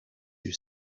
you